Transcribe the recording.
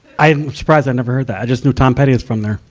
i'm surprised i never heard that. i just know tom petty is from there.